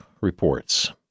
reports